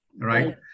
right